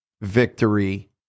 victory